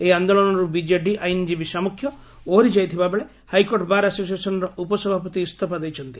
ଏହି ଆଦୋଳନରୁ ବିଜେଡ଼ି ଆଇନଜୀବୀ ସାମୁଖ୍ୟ ଓହରି ଯାଇଥିବା ବେଳେ ହାଇକୋର୍ଟ ବାର୍ ଆସୋସିଏସନ୍ର ଉପସଭାପତି ଇସ୍ତଫା ଦେଇଛନ୍ତି